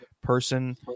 person